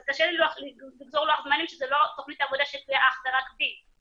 קצת קשה לי לגזור לוח זמנים כשזה לא תוכנית עבודה שתלויה אך ורק בי.